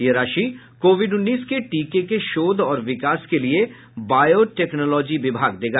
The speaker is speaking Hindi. यह राशि कोविड उन्नीस के टीके के शोध और विकास के लिए बायोटेक्नोलॉजी विभाग देगा